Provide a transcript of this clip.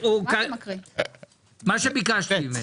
יש דברים שהורדנו, למשל לבן משפחה עם הגבלות.